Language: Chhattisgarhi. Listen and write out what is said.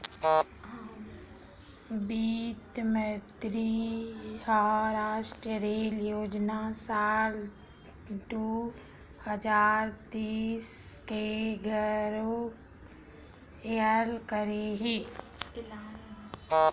बित्त मंतरी ह रास्टीय रेल योजना साल दू हजार तीस के घलोक एलान करे हे